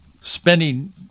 spending